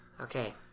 Okay